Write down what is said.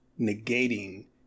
negating